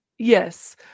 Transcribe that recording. Yes